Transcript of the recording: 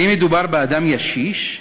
ואם מדובר באדם ישיש,